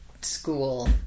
school